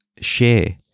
share